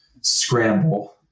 scramble